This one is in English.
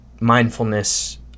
mindfulness